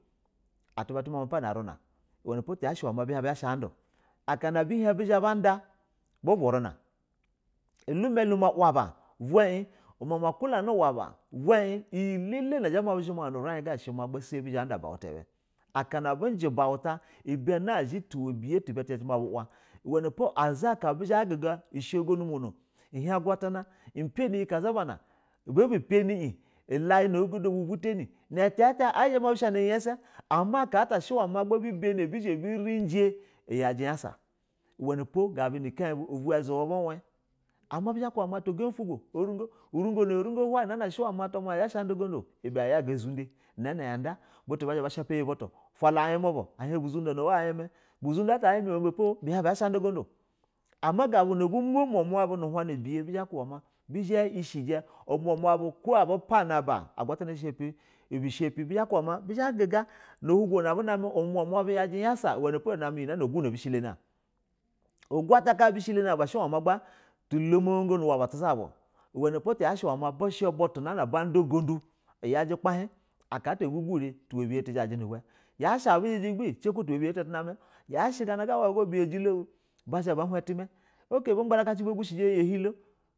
Atuma tuma ma pana umna umana po ta bizhash bado la kana abu hin buzha bada buven unina alumalima uba ba la mama kulanu umaba bana in umanipo iyi dala na zha ma bu kulana nu urin ga sami bizha ba da ubauta ba, akana abuji uba umta ibana zhi tuwa biya tub a ti zha ta bu hla uza aka abu zha ba shano nu umon hin agula tana pani shago no ogodo bu ula yi kata ubu butani na yazha ma bus ha na iyi yasa aka ata abi bani abu rage yaji yasa uhlanapo ubazubu a sha buwe am atwa gabi ufogo howa amigo unningo ata gambit hawi azha sha a ada ugudo iba ya wani uzumda nana yada butu ba shapa nab utu falla ayimi ba a hin bu zunilo na o ayimi zunda ata ayimi bu uwe ibe pobi hin bu zha shi ba da ugumdu o, ama gab u na bamo umoma bu nu uhana biya bizha khiji umama bu oko abu pani aba agwatano ubu shapi bizha guga na ulugona abu na umuna bun a nu ya sa hlenipo ni yin a aba bus hi lani a oguata abi shelani a bishi magba tulomo gogo to waba tu zasa ba o, umenipo bushi butu na bada ugundu yaji uhpahin aka lata a bu guri ta wa biya ti zhaji ni be yashe a bujiji gbe ciku tu wabi ya ta ata tuna yashi gana g biyajilo bu bahon utima ok bu gba raci ba gushiji iyi ya hinlo.